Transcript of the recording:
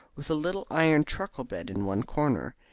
with a little iron truckle-bed in one corner,